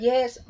Yes